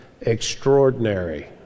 extraordinary